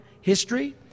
history